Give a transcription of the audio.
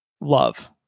Love